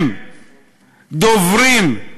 עם דוברים,